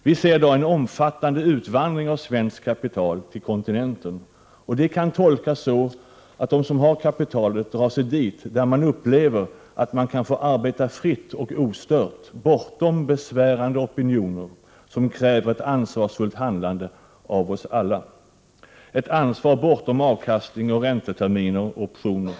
Vi ser i dag en omfattande utvandring av svenskt kapital till kontinenten, och det kan tolkas så att de som har kapital drar sig dit där de upplever att de kan få arbeta fritt och ostört, bortom besvärande opinioner som kräver ett ansvarsfullt handlande av alla, ett ansvar bortom avkastning, ränteterminer och optioner.